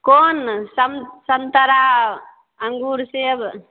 कोन सम संतरा अंगूर सेब